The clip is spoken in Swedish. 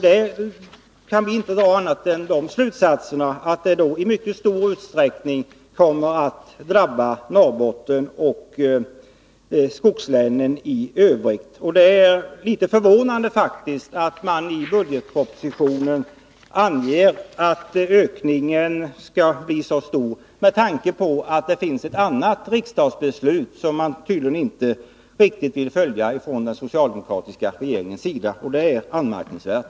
Vi kan därav inte dra någon annan slutsats än att det i mycket stor utsträckning kommer att drabba Norrbotten och skogslänen i övrigt. Det är faktiskt litet förvånande och anmärkningsvärt att man i budgetpropositionen anger att befolkningsökningen skall bli så stor med tanke på att det finns ett annat riksdagsbeslut, som den socialdemokratiska regeringen tydligen inte vill följa.